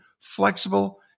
flexible